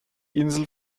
insel